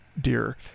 dear